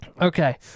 Okay